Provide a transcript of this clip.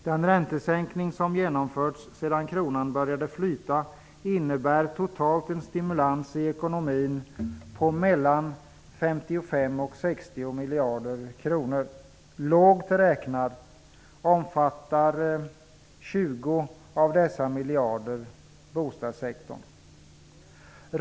Den räntesänkning som genomförts sedan kronan började flyta innebär totalt en stimulans i ekonomin på mellan 55 och 60 miljarder kronor. Lågt räknat omfattar 20 av dessa miljarder bostadssektorn.